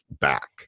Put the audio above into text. back